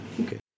okay